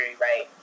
right